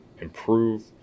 improve